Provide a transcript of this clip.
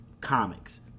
comics